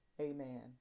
Amen